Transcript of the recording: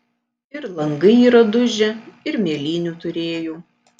ir langai yra dužę ir mėlynių turėjau